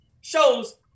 shows